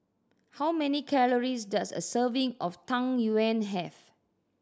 how many calories does a serving of Tang Yuen have